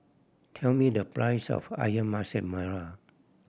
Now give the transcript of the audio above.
tell me the price of Ayam Masak Merah